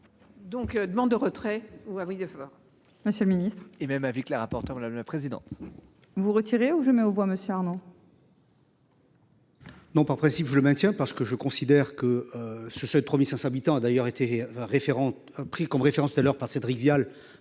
Donc demande de retrait ou avec des fleurs. Monsieur le Ministre, et même avis que le rapporteur, madame la présidente. Vous retirez ou je mets aux voix monsieur Arnaud. Non par principe je le maintiens parce que je considère que ce ce 3500 habitants a d'ailleurs été référente pris comme référence telle heure par Cédric Vial,